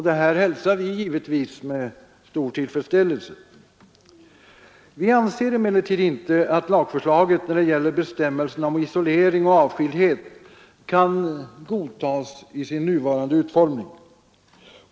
Detta hälsar vi givetvis med stor tillfredsställelse. Vi anser emellertid inte att lagförslaget när det gäller bestämmelserna om isolering och avskildhet kan godtas i sin nuvarande utformning.